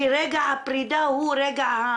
שרגע הפרידה הוא רגע ה